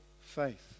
faith